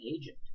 agent